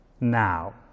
now